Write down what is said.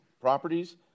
properties